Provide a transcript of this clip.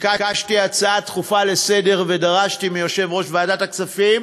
ביקשתי הצעה דחופה לסדר-היום ודרשתי מיושב-ראש ועדת הכספים